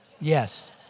Yes